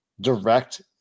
direct